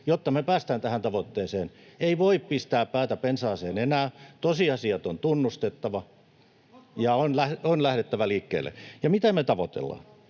jotta me päästään tähän tavoitteeseen. Ei voi pistää päätä pensaaseen enää. Tosiasiat on tunnustettava, ja on lähdettävä liikkeelle. [Antti Lindtmanin